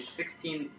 sixteen